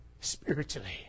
spiritually